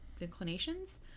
inclinations